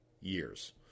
years